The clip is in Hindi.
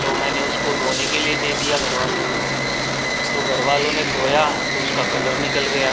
तो मैंने उसको धोने के लिए दे दिया घरवालों को तो घरवालों ने धोया तो उसका कलर निकल गया